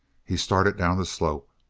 he started down the slope.